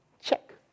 check